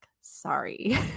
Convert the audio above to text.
Sorry